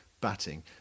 batting